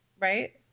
Right